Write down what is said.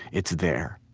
it's there.